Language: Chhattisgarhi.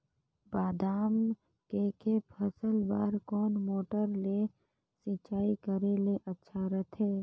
बादाम के के फसल बार कोन मोटर ले सिंचाई करे ले अच्छा रथे?